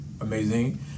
Amazing